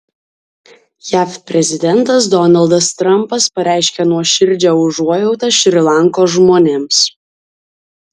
jav prezidentas donaldas trampas pareiškė nuoširdžią užuojautą šri lankos žmonėms